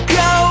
go